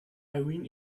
irene